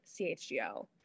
CHGO